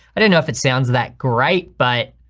i don't know if it sounds that great, but